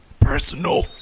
Personal